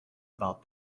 about